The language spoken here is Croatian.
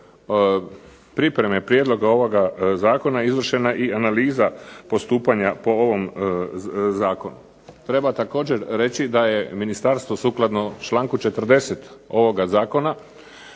pripreme prijedloga ovoga zakona izvršena i analiza postupanja po ovom zakonu. Treba također reći da je ministarstvo sukladno članku 40. ovoga zakona